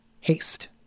haste